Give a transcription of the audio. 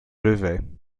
levait